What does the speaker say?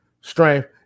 strength